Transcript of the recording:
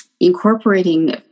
incorporating